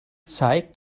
zeigt